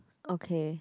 okay